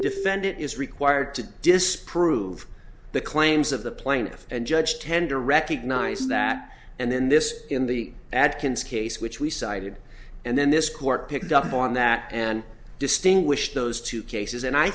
defendant is required to disprove the claims of the plaintiff and judge tend to recognize that and then this in the atkins case which we cited and then this court picked up on that and distinguish those two cases and i